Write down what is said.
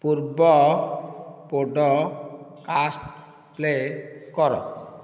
ପୂର୍ବ podcast play କର